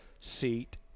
seat